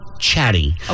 chatty